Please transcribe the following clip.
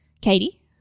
katie